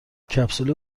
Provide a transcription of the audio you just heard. کپسول